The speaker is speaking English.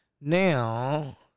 Now